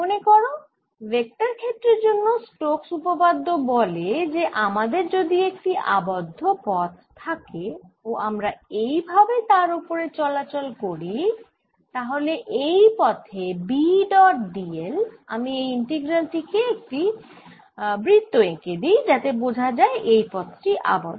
মনে করো ভেক্টর ক্ষেত্রের জন্য স্টোক্স উপপাদ্য বলে যে আমাদের যদি একটি আবদ্ধ পথ থাকে ও আমরা এই ভাবে তার ওপরে চলাচল করি তাহলে এই পথে B ডট dl আমি এই ইন্টিগ্রাল টি তে একটি বৃত্ত এঁকে দিই যাতে বোঝা যায় এই পথ টি আবদ্ধ